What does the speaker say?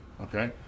okay